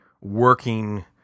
working